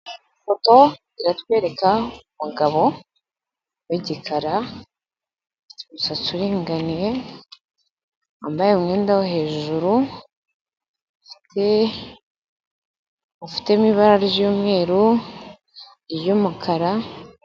Ifoto iratwereka umugabo w'igikara, ufite umusatsi uringaniye, wambaye umwenda wo hejuru, ufite, ufitemo ibara ry'umweru, iry'umukara.